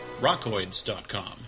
rockoids.com